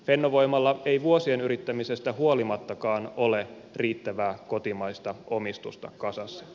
fennovoimalla ei vuosien yrittämisestä huolimattakaan ole riittävää kotimaista omistusta kasassa